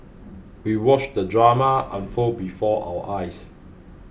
we watched the drama unfold before our eyes